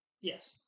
Yes